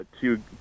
two